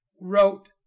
wrote